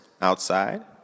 outside